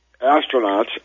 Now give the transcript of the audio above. astronauts